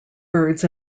birds